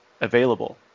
available